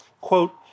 quote